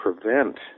prevent